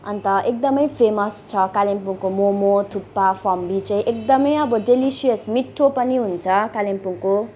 अन्त एकदमै फेमस छ कालिम्पोङको मोमो थुक्पा फम्बी चाहिँ एकदमै अब डेलिसियस मिठो पनि हुन्छ कालिम्पोङको